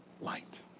light